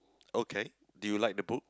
okay do you like the book